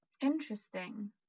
Interesting